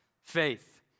faith